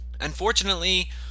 Unfortunately